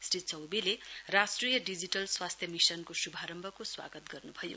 श्री चौबैले राष्ट्रिय डिजिटल स्वास्थ्य मिशनको शुभारम्भको स्वागत गर्नुभयो